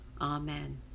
Amen